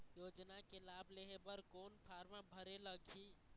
योजना के लाभ लेहे बर कोन फार्म भरे लगही?